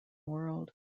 world